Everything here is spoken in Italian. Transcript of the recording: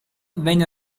venne